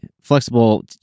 flexible